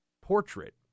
portrait